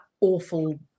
awful